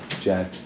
Jack